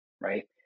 right